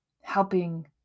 helping